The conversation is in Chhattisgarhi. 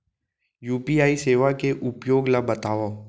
यू.पी.आई सेवा के उपयोग ल बतावव?